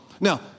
now